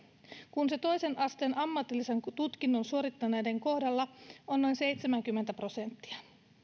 kun se toisen asteen ammatillisen tutkinnon suorittaneiden kohdalla on noin seitsemänkymmentä prosenttia